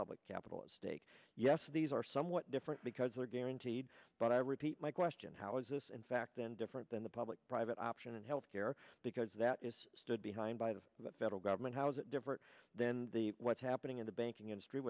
public capital at stake yes these are somewhat different because they are guaranteed but i repeat my question how is this in fact then different than the public private option in health care because that is stood behind by the federal government how is it different then the what's happening in the banking industry